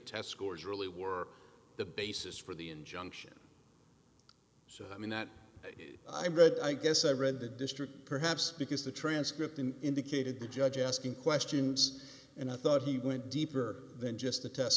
test scores really were the basis for the injunction so i mean that i read i guess i read the district perhaps because the transcript in indicated the judge asking questions and i thought he went deeper than just the test